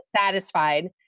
satisfied